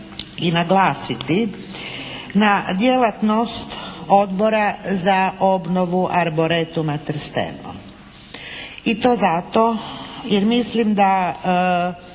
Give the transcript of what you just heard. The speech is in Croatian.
na djelatnost Odbora za obnovu Arboretuma "Trsteno" i to zato jer mislim da